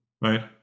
right